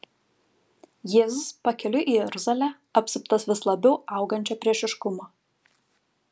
jėzus pakeliui į jeruzalę apsuptas vis labiau augančio priešiškumo